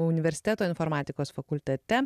universiteto informatikos fakultete